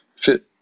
fit